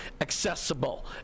accessible